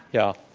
yeah.